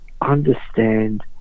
understand